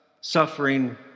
Suffering